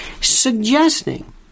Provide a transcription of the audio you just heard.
suggesting